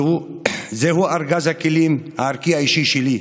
זהו ארגז הכלים הערכי האישי שלי,